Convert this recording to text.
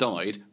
Died